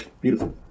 beautiful